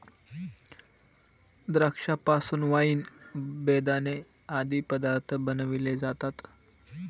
द्राक्षा पासून वाईन, बेदाणे आदी पदार्थ बनविले जातात